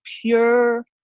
pure